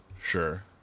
Sure